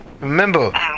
Remember